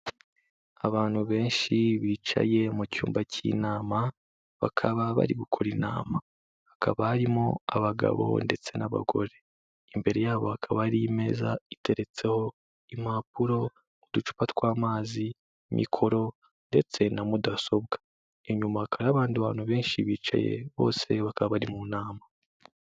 Abantu benshi bicaye mu cyumba cy'inama bakaba bari gukora inama hakaba harimo abagabo ndetse n'abagore imbere yabo hakaba hariyo imeza iteretseho impapuro uducupa tw'amazi mikoro ndetse na mudasobwa inyuma hari abandi bantu benshi bicaye bose bakaba bari mu nama.